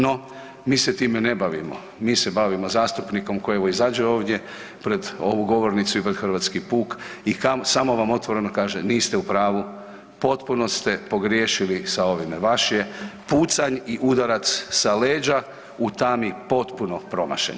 No, mi se time ne bavimo, mi se bavimo koji evo izađe ovdje pred ovu govornicu i pred hrvatski puk i samo vam otvoreno kaže niste u pravu, potpuno ste pogriješili sa ovime, vaš je pucanj i udarac sa leđa u tami potpuno promašen.